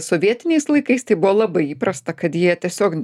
sovietiniais laikais tai buvo labai įprasta kad jie tiesiog